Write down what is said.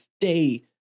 stay